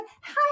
hi